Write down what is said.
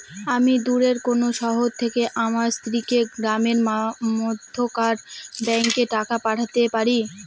আমি দূরের কোনো শহর থেকে আমার স্ত্রীকে গ্রামের মধ্যেকার ব্যাংকে টাকা পাঠাতে পারি?